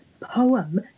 poem